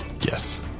Yes